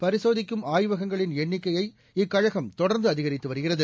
பரிசோதிக்கும் ஆய்வகங்களின் எண்ணிக்கையை இக்கழகம் தொடர்ந்து அதிகித்து வருகிறது